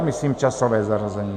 Myslím časové zařazení.